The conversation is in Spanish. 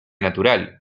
natural